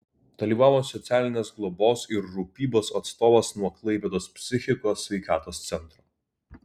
dalyvavo socialinės globos ir rūpybos atstovas nuo klaipėdos psichikos sveikatos centro